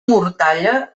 mortalla